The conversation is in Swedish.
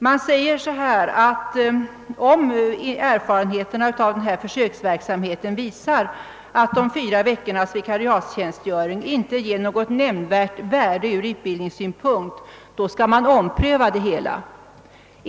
Man säger, att om erfarenheterna från försöksverksamheten visar att de fyra veckornas vikariatstjänstgöring inte ger något nämnvärt värde ur utbildningssynpunkt, skall man ompröva frågan.